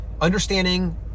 understanding